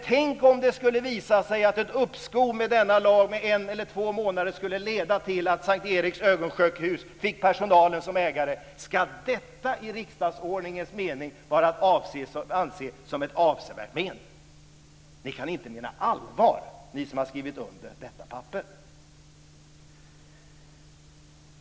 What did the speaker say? Tänk om det skulle visa sig att ett uppskov med denna lag med en eller två månader skulle leda till att Ska detta i riksdagsordningens mening vara att anse som ett avsevärt men? Ni kan inte mena allvar, ni som har skrivit under detta papper.